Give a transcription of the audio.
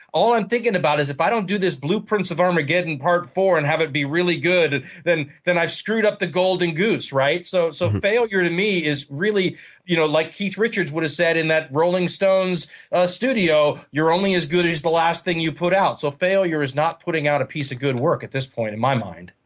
all i'm thinking about is if i don't do this blueprints of armageddon part four and have it be really good, then then i've screwed up the golden goose. so so failure to me is really you know like keith richards would have said in that rolling stones ah studio, you're only as good as the last thing you put out. so failure is not putting out a piece of good work at this point, in my mind.